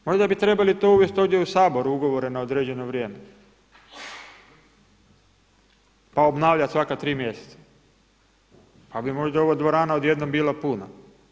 Možda bi trebali to uvesti ovdje u Sabor ugovore na određeno vrijeme pa obnavljati svaka tri mjeseca pa bi možda ova dvorana odjednom bila puna.